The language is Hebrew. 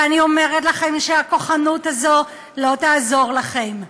ואני אומרת לכם שהכוחנות הזו לא תעזור לכם.